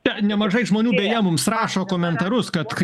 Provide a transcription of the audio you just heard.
na nemažai žmonių beje mums rašo komentarus kad